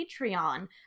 patreon